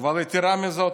יתרה מזו,